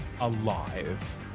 alive